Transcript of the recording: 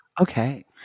Okay